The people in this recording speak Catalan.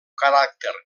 caràcter